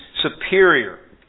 superior